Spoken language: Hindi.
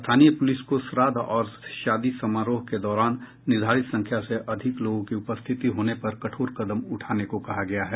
स्थानीय पुलिस को श्राद्ध और शादी समारोह के दौरान निर्धारित संख्या से अधिक लोगों की उपस्थिति होने पर कठोर कदम उठाने को कहा गया है